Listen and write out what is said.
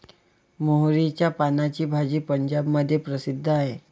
मोहरीच्या पानाची भाजी पंजाबमध्ये प्रसिद्ध आहे